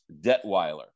detweiler